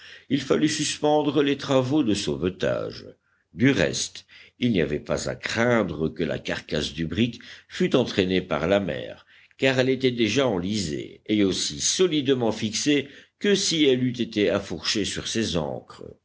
il fallut suspendre les travaux de sauvetage du reste il n'y avait pas à craindre que la carcasse du brick fût entraînée par la mer car elle était déjà enlisée et aussi solidement fixée que si elle eût été affourchée sur ses ancres